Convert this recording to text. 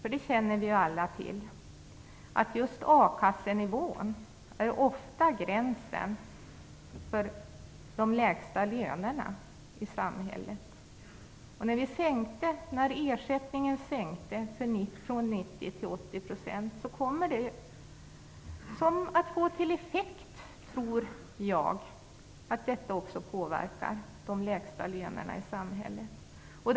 Vi känner ju alla till att just a-kassenivån ofta är gränsen för de lägsta lönerna i samhället, och jag tror därför att en sänkning av ersättningen från 90 till 80 % också kommer att påverka de lägsta lönerna i samhället.